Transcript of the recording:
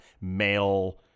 male